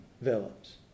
villains